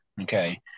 Okay